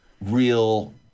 real